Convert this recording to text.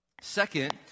second